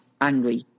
angry